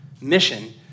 mission